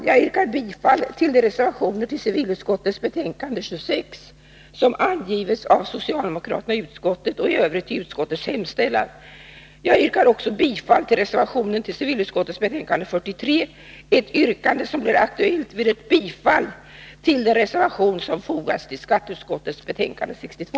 Jag yrkar bifall till de reservationer till civilutskottets betänkande 26 som avgivits av socialdemokraterna i utskottet och i övrigt till utskottets hemställan. Jag yrkar också bifall till reservationen till civilutskottets betänkande 43 — ett yrkande som blir aktuellt vid ett bifall till den reservation som fogats till skatteutskottets betänkande 62.